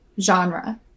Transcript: genre